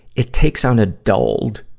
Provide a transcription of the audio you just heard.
it takes on a dulled,